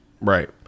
Right